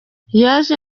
yaje